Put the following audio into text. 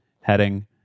heading